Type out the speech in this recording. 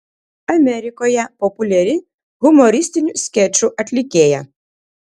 amerikoje populiari humoristinių skečų atlikėja